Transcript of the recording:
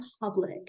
public